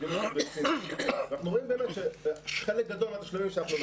יודעים --- אנחנו רואים שחלק גדול מהתשלומים שאנחנו מאשרים פה בפועל,